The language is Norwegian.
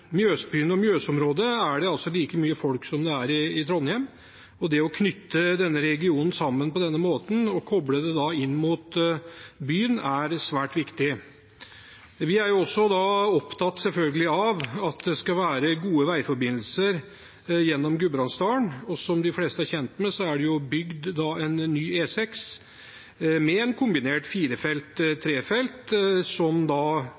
Mjøsbyen og Mjøs-området er det like mye folk som det er i Trondheim, og det å knytte denne regionen sammen på denne måten og koble den mot byen er svært viktig. Vi er selvfølgelig også opptatt av at det skal være gode veiforbindelser gjennom Gudbrandsdalen, og som de fleste er kjent med, er det bygd en ny E6 med en kombinert firefelts/trefelts vei som